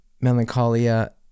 Melancholia